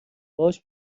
باهاش